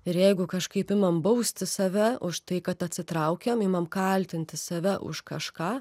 ir jeigu kažkaip imam bausti save už tai kad atsitraukiam imam kaltinti save už kažką